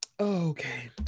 okay